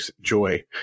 joy